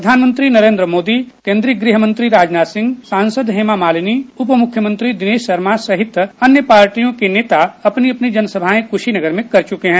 प्रधानमंत्री नरेंद्र मोदी केन्द्रीय गृह मंत्री राजनाथ सिंह सांसद हेमा मालिनी उप मुख्यमंत्री दिनेश शर्मा सहित अन्य पार्टियों के नेता अपनी अपनी जनसभाएं कुशीनगर में कर चुके हैं